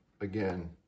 again